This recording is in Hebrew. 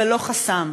ולא חסם.